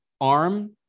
Arm